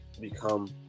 Become